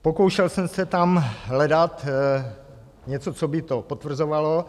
Pokoušel jsem se tam hledat něco, co by to potvrzovalo.